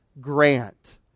grant